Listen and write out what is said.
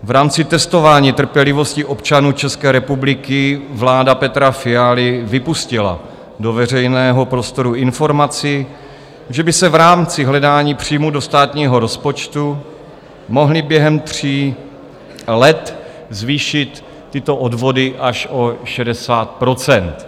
V rámci testování trpělivosti občanů České republiky vláda Petra Fialy vypustila do veřejného prostoru informaci, že by se v rámci hledání příjmů do státního rozpočtu mohly během tří let zvýšit tyto odvody až o 60 %.